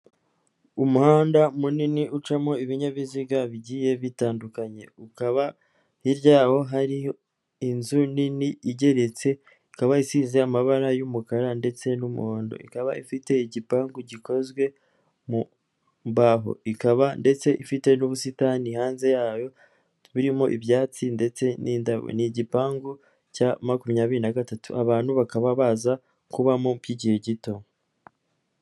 Umuhanda munini ucamo ibinyabiziga bigiye bitandukanye, ukaba hirya yawo hari inzu nini igeretse ikaba isize amabara y'umukara ndetse n'umuhondo, ikaba ifite igipangu gikozwe mu mbaho ikaba ndetse ifite n'ubusitani hanze yayo birimo ibyatsi ndetse'indabo, ni igipangu cya makumyabiri na gatatu abantu bakaba baza kubamo by'igihe gito.